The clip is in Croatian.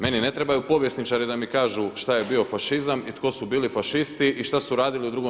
Meni ne trebaju povjesničari da mi kažu šta je bio fašizam i tko su bili fašisti i šta su radili u II.